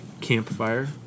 campfire